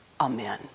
Amen